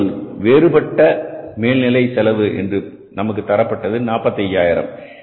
அதேபோல் வேறுபட்ட மேல்நிலை செலவு என்று நமக்கு தரப்பட்டது 45000